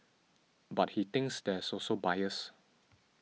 but he thinks there is also bias